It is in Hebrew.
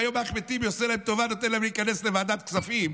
והיום אחמד טיבי עושה להם טובה ונותן להם להיכנס לוועדת הכספים,